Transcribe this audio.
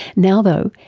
now though,